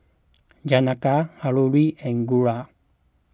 Janaki Alluri and Guru